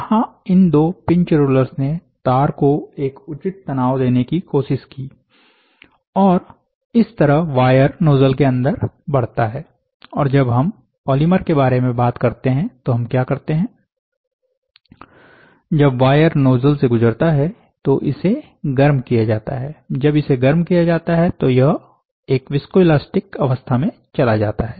यहां इन दो पिंच रोलर्स ने तार को एक उचित तनाव देने की कोशिश की और इस तरह वायर नोजल के अंदर बढ़ता है और जब हम पॉलीमर के बारे में बात करते हैं तो हम क्या करते हैं जब वायर नोजल से गुजरता है तो इसे गर्म किया जाता है जब इसे गर्म किया जाता है तो यह एक विस्कोइलास्टिक अवस्था में चला जाता है